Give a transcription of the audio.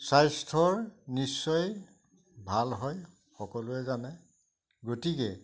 স্বাস্থ্যৰ নিশ্চয় ভাল হয় সকলোৱে জানে গতিকে